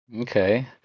okay